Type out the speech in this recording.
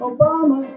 Obama